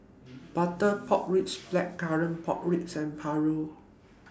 Butter Pork Ribs Blackcurrant Pork Ribs and Paru